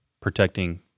protecting